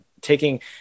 taking